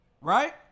right